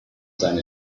seine